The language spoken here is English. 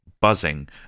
buzzing